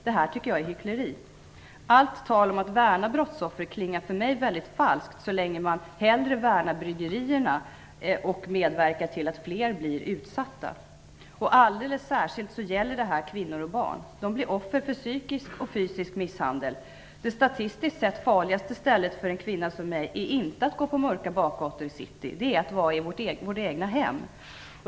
Det här tycker jag är hyckleri. Allt tal om att värna brottsoffer klingar väldigt falskt så länge man hellre värnar bryggerierna och medverkar till att fler blir utsatta. Alldeles särskilt gäller detta kvinnor och barn. De blir offer för psykisk och fysisk misshandel. Det statistiskt sett farligaste stället för en kvinna att vara på är inte mörka bakgator i city utan hennes eget hem.